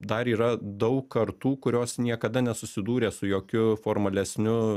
dar yra daug kartų kurios niekada nesusidūrė su jokiu formalesniu